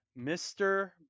Mr